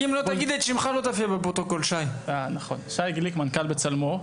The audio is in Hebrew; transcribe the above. שי גליק, מנכ"ל בצלמו.